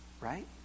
right